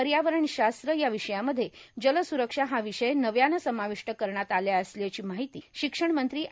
र्यावरण शास्त्र या विषयामध्ये जलस्रक्षा हा विषय नव्यानं समाविष्ट करण्यात आला असल्याची माहिती शिक्षण मंत्री ए